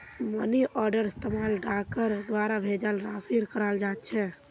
money आर्डरेर इस्तमाल डाकर द्वारा भेजाल राशिर कराल जा छेक